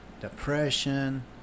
depression